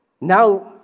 now